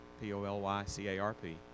p-o-l-y-c-a-r-p